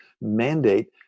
mandate